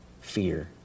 fear